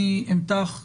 אני אמתח קו,